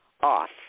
off